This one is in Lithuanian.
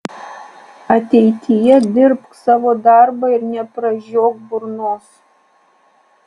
ateityje dirbk savo darbą ir nepražiok burnos